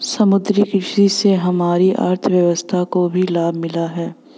समुद्री कृषि से हमारी अर्थव्यवस्था को भी लाभ मिला है